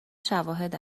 شواهد